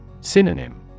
Synonym